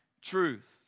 truth